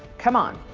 come on.